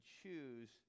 choose